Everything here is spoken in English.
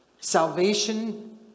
Salvation